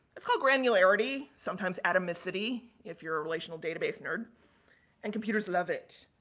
it's called granularity, sometimes atomicity, if you're a relational database nerd and computers love it.